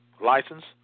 license